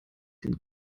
den